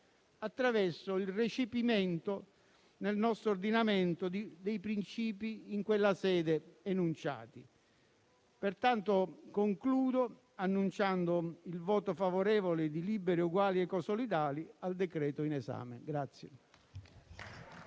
attraverso il recepimento nel nostro ordinamento dei principi in quella sede enunciati. Pertanto, concludo annunciando il voto favorevole di Liberi e Uguali-Ecosolidali al decreto-legge in